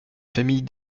famille